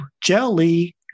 jelly